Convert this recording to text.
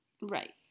Right